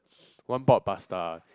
one pot pasta